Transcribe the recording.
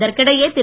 இதற்கிடையே திரு